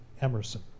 Emerson